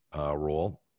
role